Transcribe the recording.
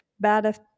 bad